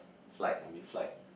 flight I mean flight